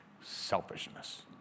Selfishness